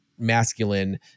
masculine